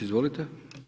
Izvolite.